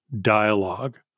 dialogue